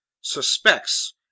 suspects